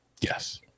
Yes